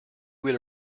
would